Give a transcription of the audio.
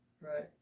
Right